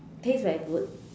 the is place very good